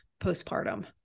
postpartum